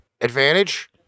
advantage